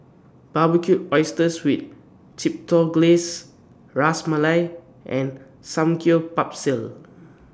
Barbecued Oysters with Chipotle Glaze Ras Malai and Samgyeopsal